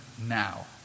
now